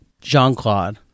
Jean-Claude